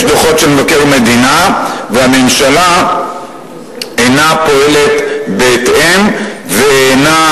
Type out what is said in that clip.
דוחות של מבקר מדינה והממשלה אינה פועלת בהתאם ואולי